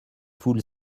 foule